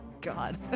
God